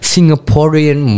Singaporean